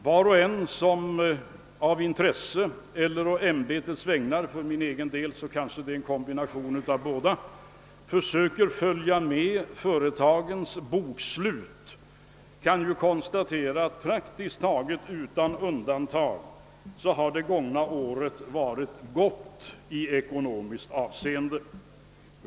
Var och en som av intresse eller å ämbetets vägnar — för min egen del, är det kanske en kombination av båda — försöker följa med företagens bokslut kan konstatera, att det gångna året praktiskt taget utan undantag har va rit gott i ekonomiskt avseende.